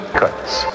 cuts